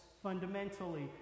fundamentally